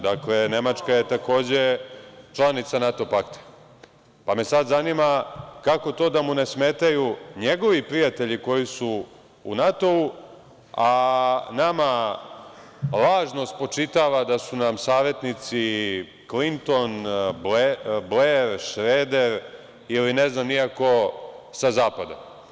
Dakle, Nemačka je takođe članica NATO pakta, pa me sad zanima kako to da mu ne smetaju njegovi prijatelji koji su u NATO, a nama lažno spočitava da su nam savetnici Klinton, Bler, Šreder ili ne znam ni ja ko sa zapada.